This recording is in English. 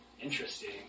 interesting